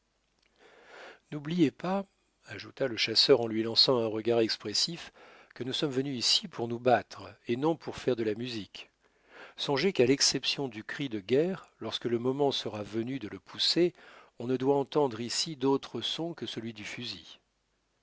n'oubliez pas ajouta le chasseur en lui lançant un regard expressif que nous sommes venus ici pour nous battre et non pour faire de la musique songez qu'à l'exception du cri de guerre lorsque le moment sera venu de le pousser on ne doit entendre ici d'autre son que celui du fusil